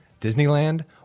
Disneyland